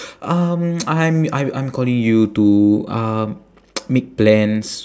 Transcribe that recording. um I'm I'm I'm calling you to uh make plans